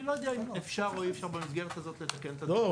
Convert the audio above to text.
אני לא יודע אם אפשר או אי אפשר במסגרת הזאת לתקן את --- לא,